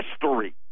history